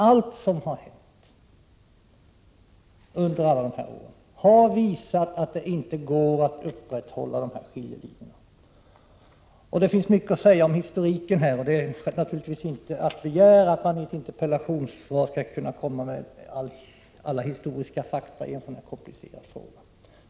Allt som har hänt under alla dessa år har visat att det inte går att upprätthålla denna skiljelinje. Det finns mycket att säga om historiken. Det är naturligtvis inte att begära att mani ett interpellationssvar skall kunna föra fram alla historiska fakta i en så här komplicerad fråga.